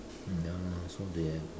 mm ya lor so they have